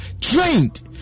trained